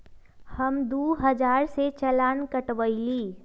हम दु हजार के चालान कटवयली